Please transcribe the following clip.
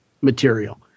material